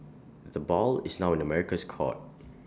the ball is now in America's court